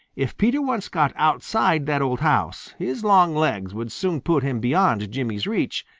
if peter once got outside that old house, his long legs would soon put him beyond jimmy's reach,